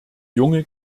junge